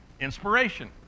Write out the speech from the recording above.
inspiration